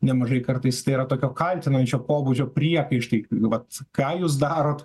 nemažai kartais tai yra tokio kaltinančio pobūdžio priekaištai vat ką jūs darot